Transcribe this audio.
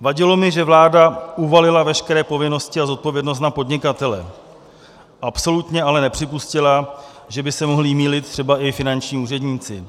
Vadilo mi, že vláda uvalila veškeré povinnosti a zodpovědnost na podnikatele, absolutně ale nepřipustila, že by se mohli mýlit třeba i finanční úředníci.